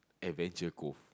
Adventure Cove